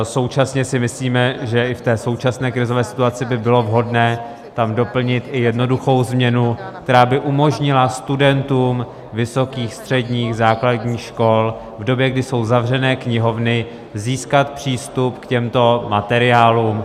Současně si myslíme, že i v současné krizové situaci by bylo vhodné tam doplnit i jednoduchou změnu, která by umožnila studentům vysokých, středních, základních škol v době, kdy jsou zavřené knihovny, získat přístup k těmto materiálům.